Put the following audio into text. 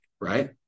Right